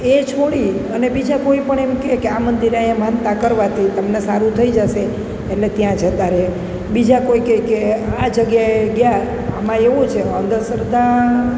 એ છોડી અને બીજા કોઈપણ એમ કહે કે આ મંદિર અહીં માનતા કરવાથી તમને સારું થઈ જશે એટલે ત્યાં જતાં રહે બીજા કોઈ કહે કે આ જગ્યાએ ગયાં આમાં એવું છે અંધ શ્રદ્ધા